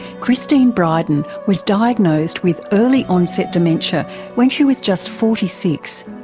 christine bryden was diagnosed with early onset dementia when she was just forty six.